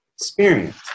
experience